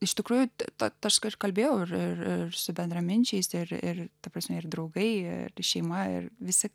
iš tikrųjų tad aš kalbėjau ir su bendraminčiais ir ir ta prasme ir draugai ir šeima ir visi